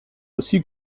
aussi